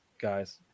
guys